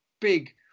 big